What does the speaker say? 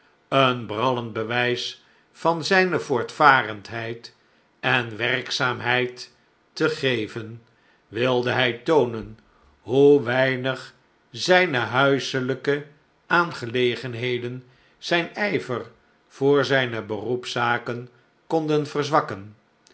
een brallend bewijs van zijne voortvarendheid en werkzaamheid te geven wilde hij toonen hoe weinig zijne huiselijke aangelegenheden zijn ijver voor zijne beroepszaken konden verzwakken